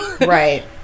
Right